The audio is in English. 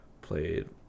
played